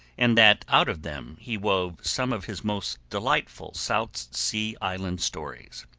and that out of them he wove some of his most delightful south sea island stories.